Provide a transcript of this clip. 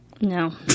No